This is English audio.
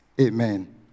Amen